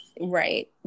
Right